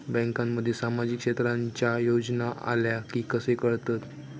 बँकांमध्ये सामाजिक क्षेत्रांच्या योजना आल्या की कसे कळतत?